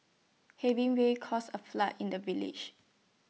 heavy rains caused A flood in the village